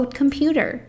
computer